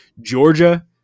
Georgia